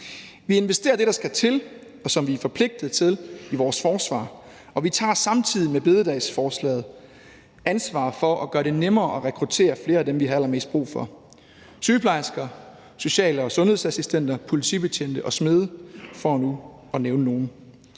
Vi investerer det, der skal til, og som vi er forpligtet til, i vores forsvar, og med bededagsforslaget tager vi samtidig ansvar for at gøre det nemmere at rekruttere flere af dem, vi har allermest brug for. Det er sygeplejersker, social- og sundhedsassistenter, politibetjente og smede, for nu at nævne nogle.